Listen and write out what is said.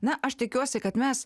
na aš tikiuosi kad mes